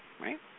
right